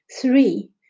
Three